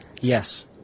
Yes